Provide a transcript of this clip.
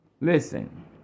Listen